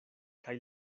kaj